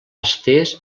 estès